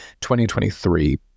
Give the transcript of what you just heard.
2023